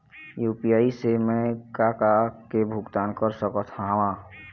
UPI से मैं का का के भुगतान कर सकत हावे?